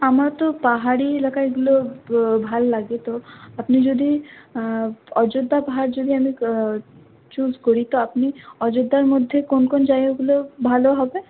আমার তো পাহাড়ি এলাকায় এগুলো ভাল লাগে তো আপনি যদি অযোধ্যা পাহাড় যদি আমি চুজ করি তো আপনি অযোধ্যার মধ্যে কোন কোন জায়গাগুলো ভালো হবে